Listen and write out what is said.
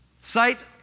Sight